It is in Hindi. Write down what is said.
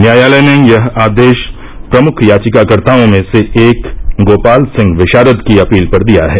न्यायालय ने यह आदेश प्रमुख याचिकाकर्ताओं में से एक र्गोपाल सिंह विषारद की अपील पर दिया है